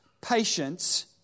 patience